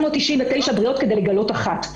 999 בריאות כדי לגלות אחת,